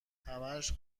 همش